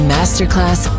Masterclass